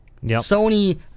Sony